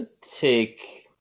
take